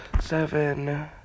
seven